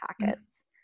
packets